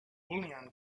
bullion